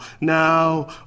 now